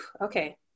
okay